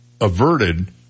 averted